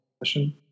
question